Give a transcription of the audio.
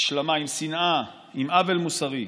השלמה עם שנאה, עם עוול מוסרי.